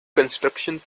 construction